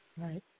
Right